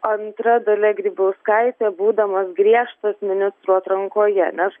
antra dalia grybauskaitė būdamas griežtas ministrų atrankoje nes